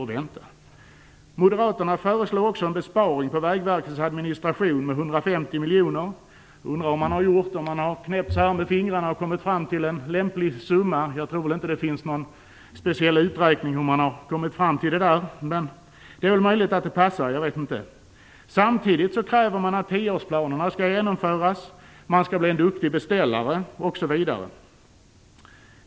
Moderaterna föreslår också en besparing på Vägverkets administration med 150 miljoner. Jag undrar hur man har gjort. Har man knäppt med fingrarna och kommit fram till en lämplig summa? Jag tror inte att det finns någon speciell uträkning för hur man har kommit fram till detta. Men det är möjligt att det passar. Samtidigt kräver man att tioårsplanerna skall genomföras, man skall bli en duktig beställare osv.